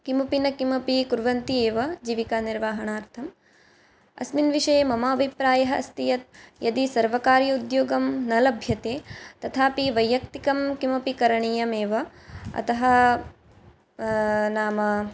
किमपि न किमपि कुर्वन्ति एव जीविकानिर्वाहणार्थम् अस्मिन् विषये मम अभिप्रायः अस्ति यत् यदि सर्वकारीय उद्योगं न लभ्यते तथापि वैय्यक्तिकं किमपि करणीयमेव अतः नाम